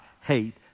hate